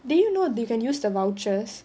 did you know they can use the vouchers